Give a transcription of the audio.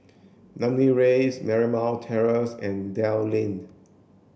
Namly Rise Marymount Terrace and Dell Lane